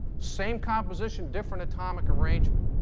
same composition, different atomic arrangement.